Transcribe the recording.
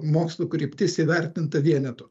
mokslų kryptis įvertinta vienetu